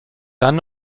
dann